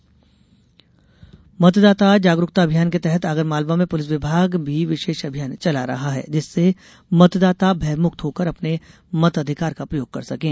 police प्रशिक्षण मतदाता जागरूकता अभियान के तहत आगरमालवा में पुलिस विभाग भी विशेष अभियान चला रहा है जिससे मतदाता भयमुक्त होकर अपने मताधिकार का प्रयोग कर सकें